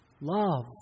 love